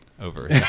over